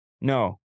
No